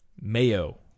Mayo